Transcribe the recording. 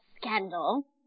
scandal